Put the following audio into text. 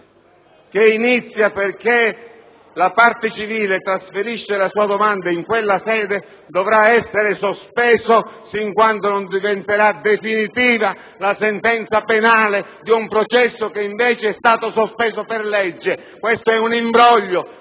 che inizia perché la parte civile trasferisce la sua domanda in quella sede dovrà essere sospeso sin quando non diventerà definitiva la sentenza penale di un processo che invece è stato sospeso per legge. Questo è un imbroglio